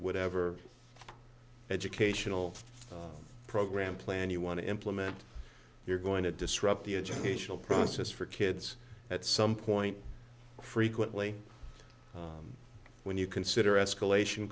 whatever educational program plan you want to implement you're going to disrupt the educational process for kids at some point frequently when you consider escalation